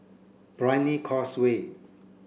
Brani Causeway